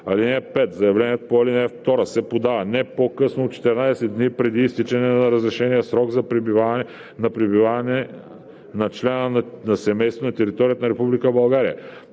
(5) Заявлението по ал. 2 се подава не по-късно от 14 дни преди изтичането на разрешения срок на пребиваване на члена на семейството на територията на